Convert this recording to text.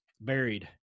buried